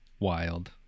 wild